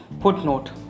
footnote